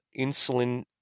insulin